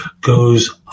goes